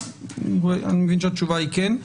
אני מבין שהתשובה היא כן.